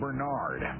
Bernard